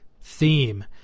theme